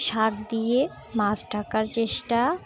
শাক দিয়ে মাছ টাকার চেষ্টা